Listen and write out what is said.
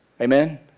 Amen